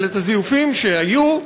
אבל את הזיופים שהיו,